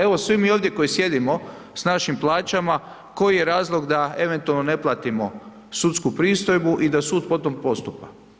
Evo svi mi ovdje koji sjedimo s našim plaćama koji je razlog da eventualno ne platimo sudsku pristojbu i da sud po tome postupa.